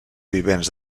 vivents